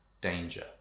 danger